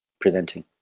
presenting